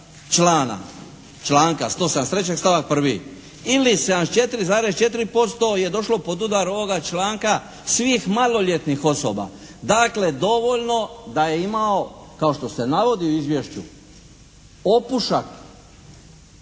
članka 173. stavak 1., ili 74,4% je došlo pod udar ovoga članka svih maloljetnih osoba. Dakle, dovoljno da je imao kao što se navodi u izvješću opušak